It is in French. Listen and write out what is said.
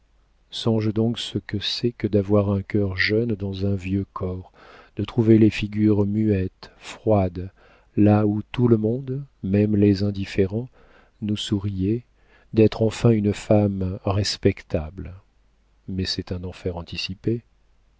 songe donc ce que c'est que d'avoir un cœur jeune dans un vieux corps de trouver les figures muettes froides là où tout le monde même les indifférents nous souriait d'être enfin une femme respectable mais c'est un enfer anticipé